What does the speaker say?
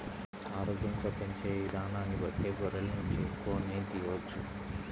ఆరోగ్యంగా పెంచే ఇదానాన్ని బట్టే గొర్రెల నుంచి ఎక్కువ ఉన్నిని తియ్యవచ్చు